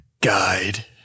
Guide